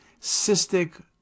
cystic